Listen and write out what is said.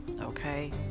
okay